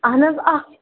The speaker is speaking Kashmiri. اَہَن حظ اَکھ